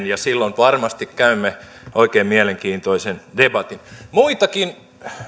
ja silloin varmasti käymme oikein mielenkiintoisen debatin muitakin